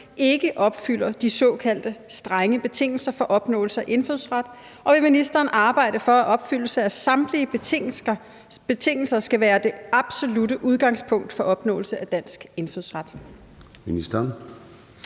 ikke opfylder de såkaldte strenge betingelser for opnåelse af indfødsret, og vil ministeren arbejde for, at opfyldelse af samtlige betingelser skal være det absolutte udgangspunkt for opnåelse af dansk indfødsret? Kl.